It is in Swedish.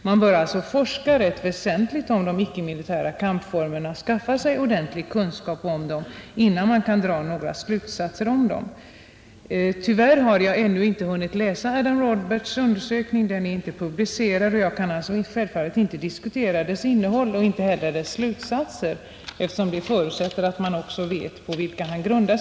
Man bör alltså forska rätt väsentligt om de icke-militära kampformerna och skaffa sig ordentlig kunskap om dem innan man kan dra några slutsatser om dem. Tyvärr har jag ännu inte hunnit läsa Adam Roberts” undersökning; den är inte publicerad. Jag kan alltså självfallet inte diskutera dess innehåll och inte heller dess slutsatser, eftersom det förutsätter att man vet varpå slutsatserna grundas.